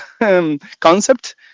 concept